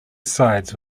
sides